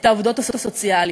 את העובדות הסוציאליות.